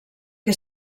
que